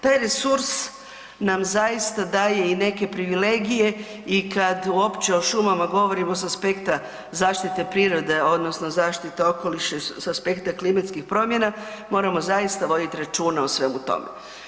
Taj resurs nam zaista daje i neke privilegije i kad uopće o šumama govorimo sa aspekta zaštite prirode odnosno zaštite okoliša i sa aspekta klimatskih promjena moramo zaista vodit računa o svemu tome.